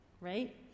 Right